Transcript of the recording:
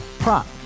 Prop